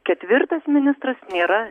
ketvirtas ministras nėra